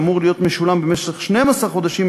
שאמור להיות משולם במשך 12 חודשים,